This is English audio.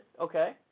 okay